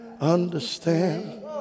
understand